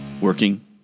working